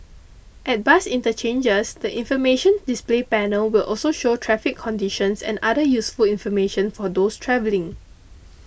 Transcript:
at bus interchanges the information display panel will also show traffic conditions and other useful information for those travelling